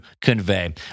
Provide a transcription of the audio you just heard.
convey